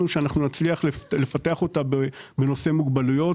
שנצליח לפתח אותה בנושא מוגבלויות.